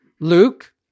Luke